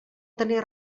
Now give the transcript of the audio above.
tenir